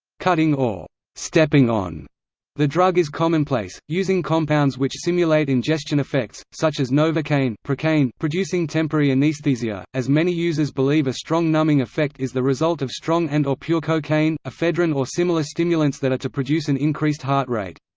cutting or stepping on the drug is commonplace, using compounds which simulate ingestion effects, such as novocain producing temporary anesthaesia, as many users believe a strong numbing effect is the result of strong and or pure cocaine, ephedrine or similar stimulants that are to produce an increased heart rate.